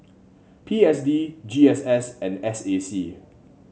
P S D G S S and S A C